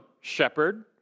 shepherd